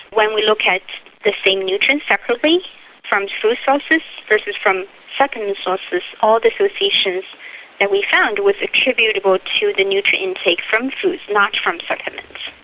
when we look at the same nutrients separately from food sources versus from supplement and sources, all the associations that we found was attributable to the nutrient intake from foods, not from supplements.